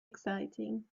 exciting